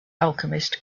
alchemist